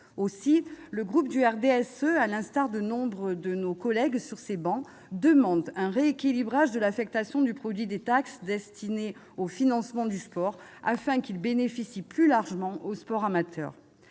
du groupe du RDSE, à l'instar de nombre de nos collègues sur ces travées, appellent à un rééquilibrage de l'affectation du produit des taxes destinées au financement du sport, afin qu'il bénéficie plus largement au sport amateur.